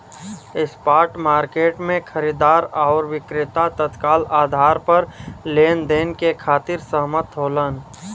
spot market में खरीदार आउर विक्रेता तत्काल आधार पर लेनदेन के खातिर सहमत होलन